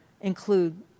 include